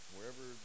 Wherever